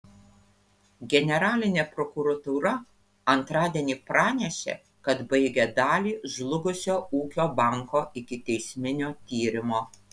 generalinė prokuratūra antradienį pranešė kad baigė dalį žlugusio ūkio banko ikiteisminio tyrimo